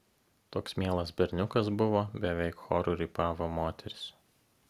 toks mielas berniukas buvo beveik choru rypavo moterys